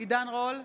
עידן רול,